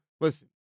listen